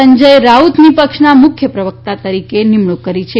સંજય રાઉતની પક્ષનાં મુખ્ય પ્રવક્તા તરીકે નિમણૂક કરી છે